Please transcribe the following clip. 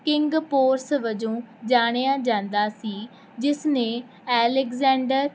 king Porus ਵਜੋਂ ਜਾਣਿਆ ਜਾਂਦਾ ਸੀ ਜਿਸ ਨੇ ਐਲਗਜੈਂਡਰ